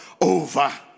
over